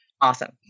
awesome